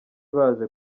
baje